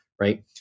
right